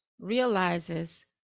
realizes